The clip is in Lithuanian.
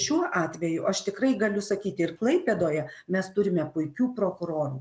šiuo atveju aš tikrai galiu sakyti ir klaipėdoje mes turime puikių prokurorų